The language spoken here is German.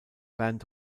bernd